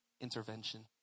intervention